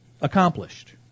accomplished